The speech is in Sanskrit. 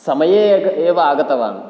समये एव आगतवान्